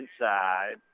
Inside